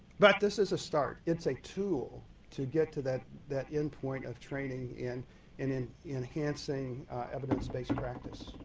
but this is a start. it's a tool to get to that that endpoint of training and and and enhancing evidence-based practice.